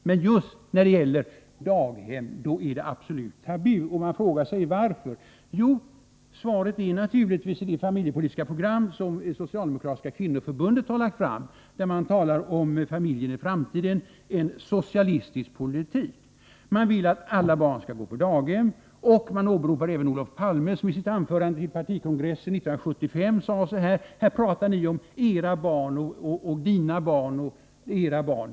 Men just när det gäller daghem är detta absolut tabu, och man frågar sig varför. Svaret ligger naturligtvis i det familjepolitiska program som socialdemokratiska kvinnoförbundet har lagt fram. Man talar om familjen i framtiden — en socialistisk politik. Man vill att alla barn skall vara på daghem, och man åberopar Olof Palme, som i sitt anförande vid partikongressen 1975 sade: Här pratar ni om mina barn och dina barn.